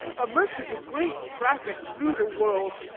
a merchant of great traffic through the world,